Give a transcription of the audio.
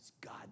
God